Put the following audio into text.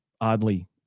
Oddly